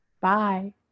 bye